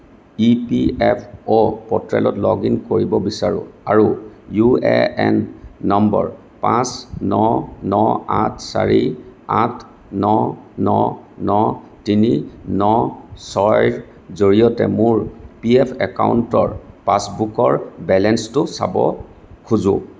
EPFO প'ৰ্টেলত log in কৰিব বিচাৰোঁ আৰু ইউএএন নম্বৰ পাঁচ ন ন আঠ চাৰি আঠ ন ন ন তিনি ন ছয়ৰ জৰিয়তে মোৰ পিএফ একাউণ্টৰ পাছবুকৰ বেলেঞ্চটো চাব খোজোঁ